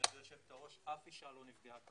אף אישה לא נפגעה.